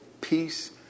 peace